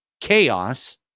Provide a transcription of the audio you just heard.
chaos